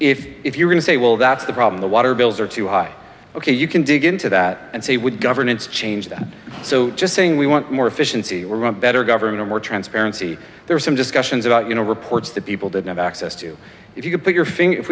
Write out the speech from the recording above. know if you're going to say well that's the problem the water bills are too high ok you can dig into that and say would governments change that so just saying we want more efficiency or run better government more transparency there's some discussions about you know reports that people didn't have access to if you put your finger if